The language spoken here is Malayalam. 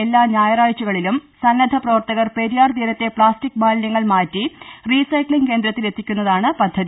എല്ലാ ഞായറാഴ്ചകളിലും സന്നദ്ധ പ്രവർത്തകർ പെരിയാർ തീരത്തെ പ്ലാസ്റ്റിക് മാലിന്യങ്ങൾ മാറ്റി റീസൈക്സിംഗ് കേന്ദ്ര ത്തിൽ എത്തിക്കുന്നതാണ് പദ്ധതി